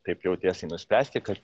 taip jau tiesiai nuspręsti kad